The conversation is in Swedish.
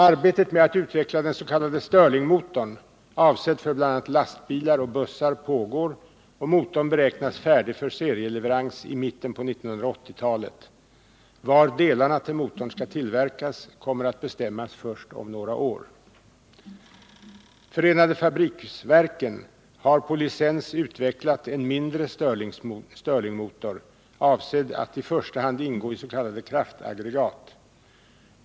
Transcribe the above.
Arbetet med att utveckla den s.k. stirlingmotorn avsedd för bl.a. lastbilar och bussar pågår, och motorn beräknas färdig för serieleverans i mitten av 1980-talet. Var delarna till motorn skall tillverkas kommer att bestämmas först om några år. Förenade fabriksverken har på licens utvecklat en mindre stirlingmotor, avsedd att i första hand ingå i s.k. kraftaggregat.